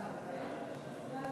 ההצעה